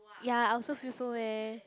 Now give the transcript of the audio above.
ya I also feel so eh